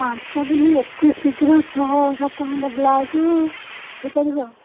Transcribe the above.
ପାଞ୍ଚ ଦିନ ଏତେ ଶୀଘ୍ର ଛଅ ସାତ ଖଣ୍ଡ ବ୍ଲାଉଜ୍ ହେଇପାରିବ